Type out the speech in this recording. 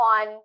on